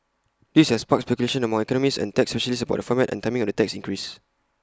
this has sparked speculation among economists and tax specialists about the format and timing of the tax increase